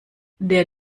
der